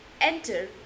Enter